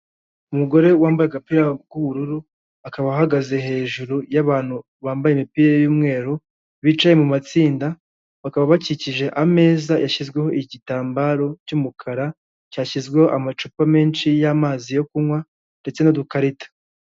Umugore wambaye agapira k'ubururu, akaba ahagaze hejuru yabantu bambaye imipira y'umweru, bicaye mu matsinda, bakaba bakikije ameza yashyizweho igitambaro cy'umukara, cyashyizweho amacupa menshi y'amazi yo kunywa ndetse n'udukarito.